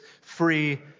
free